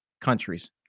countries